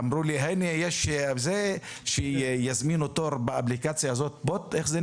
אמרו לי שאפשר להזמין תור באותה אפליקציה, בוט.